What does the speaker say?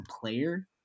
player